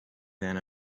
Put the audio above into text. than